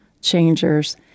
changers